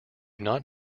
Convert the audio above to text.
not